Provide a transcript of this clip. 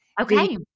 Okay